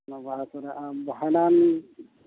ᱵᱟᱵᱟ ᱦᱚᱲ ᱠᱚᱫᱚ ᱵᱷᱟᱸᱰᱟᱱ